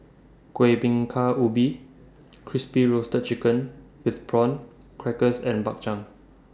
Kueh Bingka Ubi Crispy Roasted Chicken with Prawn Crackers and Bak Chang